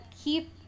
keep